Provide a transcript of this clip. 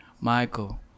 Michael